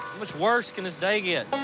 much worse could this day get?